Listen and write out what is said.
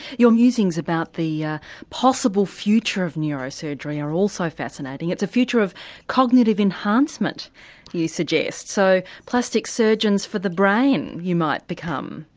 your musings about the ah possible future of neurosurgery are also fascinating. it's a future of cognitive enhancement you suggest, so plastic surgeons for the brain you might become?